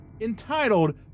entitled